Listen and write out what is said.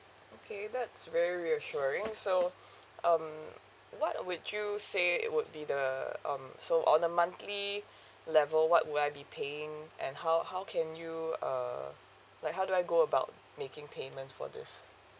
okay that's really reassuring so um what would you say would be the um so on a monthly level what would I be paying and how how can you uh like how do I go about making payment for this